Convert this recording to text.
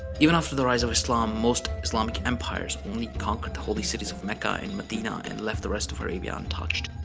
even after the rise of islam most islamic empires only conquered the holy cities of mecca and medina and left the rest of arabia untouched.